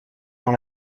dans